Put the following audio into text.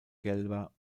gelber